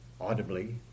audibly